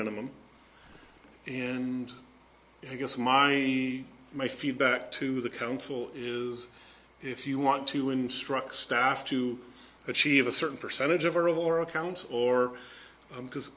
minimum and i guess my my feedback to the council is if you want to instruct staff to achieve a certain percentage of our of your accounts or because